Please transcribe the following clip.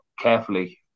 carefully